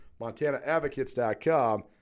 MontanaAdvocates.com